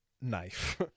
knife